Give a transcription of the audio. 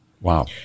Wow